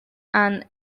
and